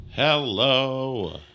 Hello